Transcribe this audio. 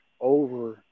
over